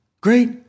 Great